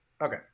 Okay